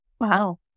Wow